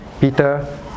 Peter